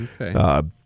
Okay